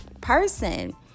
person